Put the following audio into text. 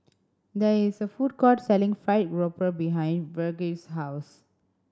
there is a food court selling fried grouper behind Virge's house